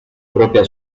propia